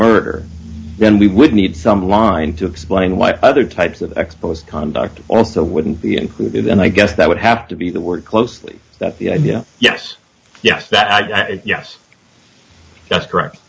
murder then we would need some wine to explain what other types of exposed conduct also wouldn't be included and i guess that would have to be the word closely that the idea yes yes that yes that's correct